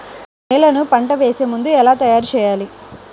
నేలను పంట వేసే ముందుగా ఎలా తయారుచేయాలి?